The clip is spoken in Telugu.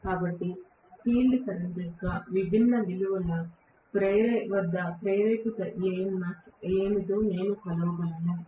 కాబట్టి ఫీల్డ్ కరెంట్ యొక్క విభిన్న విలువల వద్ద ప్రేరేపిత EMF ఏమిటో నేను కొలవగలను